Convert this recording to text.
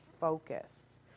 focus